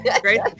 Great